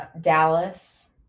Dallas